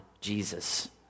Jesus